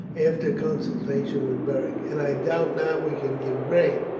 after a consultation with beric and i doubt not we can give grain.